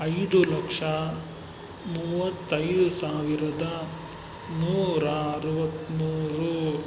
ಐದು ಲಕ್ಷ ಮೂವತ್ತೈದು ಸಾವಿರದ ನೂರ ಅರವತ್ತ್ಮೂರು